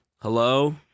Hello